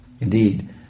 Indeed